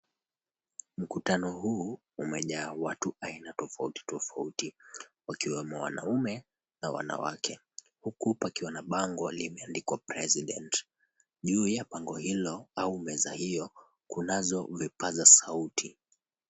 Mkutano huu umejaa watu aina tofauti tofauti wakiwemo wanaume na wanawake, huku pakiwa na bango limeandikwa, "President". Juu ya bango hilo au meza hiyo kunazo vipaza sauti.